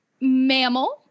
mammal